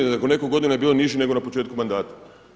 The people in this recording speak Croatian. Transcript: Nakon nekoliko godina je bio niži nego na početku mandata.